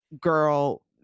girl